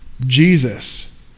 Jesus